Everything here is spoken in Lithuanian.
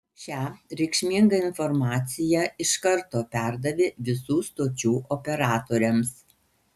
šią reikšmingą informaciją iš karto perdavė visų stočių operatoriams